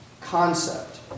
concept